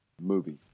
movie